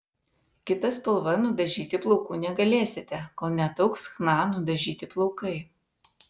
kita spalva nudažyti plaukų negalėsite kol neataugs chna nudažyti plaukai